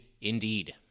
Indeed